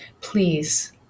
please